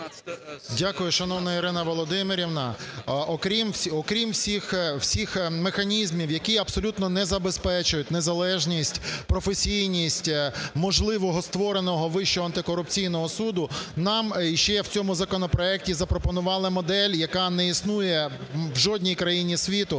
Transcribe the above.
Дякую. Шановна Ірина Володимирівна, окрім всіх механізмів, які абсолютно не забезпечують незалежність, професійність можливого створеного Вищого антикорупційного суду, нам ще в цьому законопроекті запропонували модель, яка не існує в жодній країні світу,